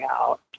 out